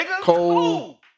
Cole